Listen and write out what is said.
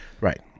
Right